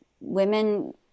women